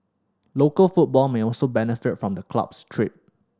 local football may also benefit from the club's trip